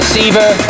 Receiver